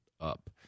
up